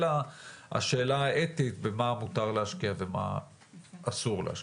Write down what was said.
אלא השאלה האתית במה מותר להשקיע ומה אסור להשקיע.